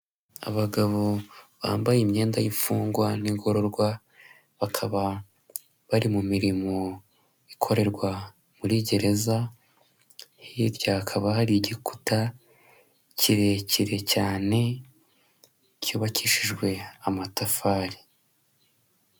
Abagabo bambaye imyenda y'imfungwa n'ingororwa bakaba bari mu mirimo ikorerwa muri gereza hirya hakaba hari igikuta kirekire cyane cyubakishijwe amatafari.